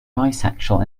bisexual